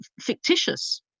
fictitious